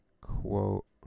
quote